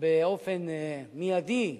באופן מיידי בדת,